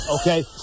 okay